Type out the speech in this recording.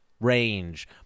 range